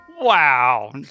Wow